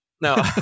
No